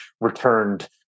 returned